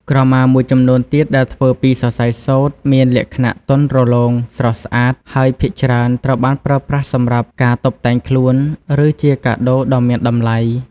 ក្រមាមួយចំនួនទៀតដែលធ្វើពី សរសៃសូត្រ មានលក្ខណៈទន់រលោង ស្រស់ស្អាត ហើយភាគច្រើនត្រូវបានប្រើប្រាស់សម្រាប់ការតុបតែងខ្លួន ឬជាកាដូដ៏មានតម្លៃ។